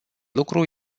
lucru